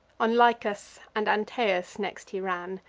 on lycas and antaeus next he ran,